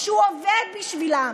שהוא עובד בשבילם?